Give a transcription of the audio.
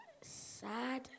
Sad